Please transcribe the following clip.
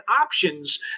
options